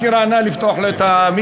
גברתי המזכירה, נא לפתוח לו את המיקרופון.